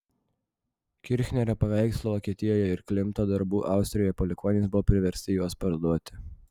kirchnerio paveikslo vokietijoje ir klimto darbų austrijoje palikuonys buvo priversti juos parduoti